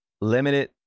limited